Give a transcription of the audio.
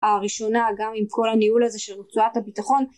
הראשונה גם עם כל הניהול הזה של רצועת הביטחון